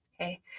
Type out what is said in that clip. okay